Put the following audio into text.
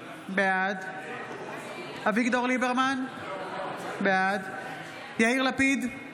בעד אביגדור ליברמן, בעד יאיר לפיד,